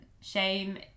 shame